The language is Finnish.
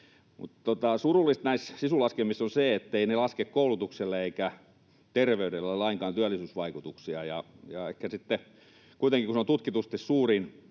surullista näissä SISU-laskelmissa on se, etteivät ne laske koulutukselle eivätkä terveydelle lainkaan työllisyysvaikutuksia. Ja kun kuitenkin niihin liittyy tutkitusti suurin